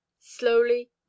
slowly